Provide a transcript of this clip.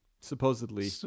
supposedly